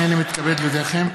הינני מתכבד להודיעכם,